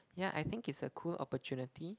yeah I think it's a cool opportunity